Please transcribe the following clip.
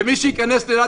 ומי שייכנס לאילת,